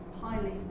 highly